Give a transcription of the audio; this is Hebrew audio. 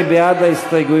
מי בעד ההסתייגויות?